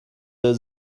der